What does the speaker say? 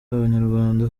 abanyarwanda